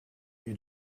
you